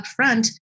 upfront